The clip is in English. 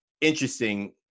interesting